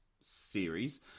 series